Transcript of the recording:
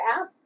app